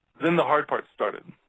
then the hard part started.